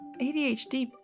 ADHD